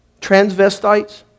transvestites